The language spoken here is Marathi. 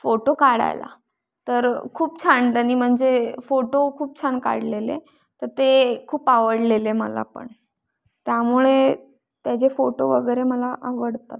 फोटो काढायला तर खूप छान त्यांनी म्हणजे फोटो खूप छान काढलेले तर ते खूप आवडलेले मला पण त्यामुळे त्याचे फोटो वगैरे मला आवडतात